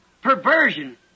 perversion